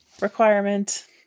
requirement